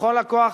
בכל הכוח,